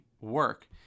work